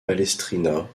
palestrina